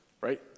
Right